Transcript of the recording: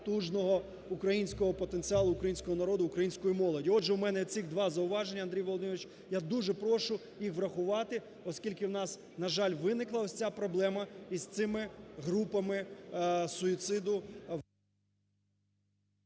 потужного українського потенціалу, українського народу, української молоді. Отже, у мене цих два зауваження, Андрій Володимирович, я дуже прошу їх врахувати, оскільки у нас, на жаль, виникла ось ця проблема з цими групами суїциду…